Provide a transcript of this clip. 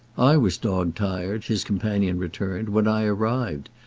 i was dog-tired, his companion returned, when i arrived,